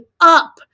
up